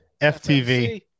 FTV